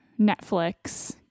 netflix